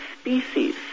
species